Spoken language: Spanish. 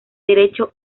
derecho